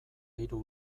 hiru